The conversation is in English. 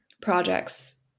projects